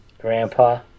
grandpa